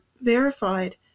verified